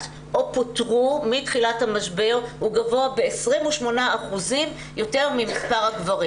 או פוטרו מתחילת המשבר הוא גבוה ב-28% יותר ממספר הגברים.